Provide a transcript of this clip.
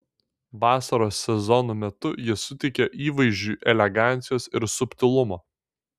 vasaros sezono metu jie suteikia įvaizdžiui elegancijos ir subtilumo